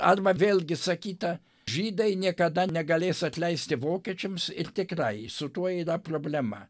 arba vėlgi sakyta žydai niekada negalės atleisti vokiečiams ir tikrai su tuo yra problema